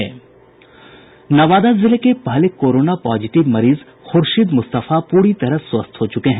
नवादा जिले के पहले कोरोना पॉजिटिव मरीज खुर्शीद मुस्तफा पूरी तरह स्वस्थ हो चुके हैं